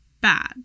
bad